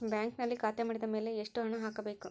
ಬ್ಯಾಂಕಿನಲ್ಲಿ ಖಾತೆ ಮಾಡಿದ ಮೇಲೆ ಎಷ್ಟು ಹಣ ಹಾಕಬೇಕು?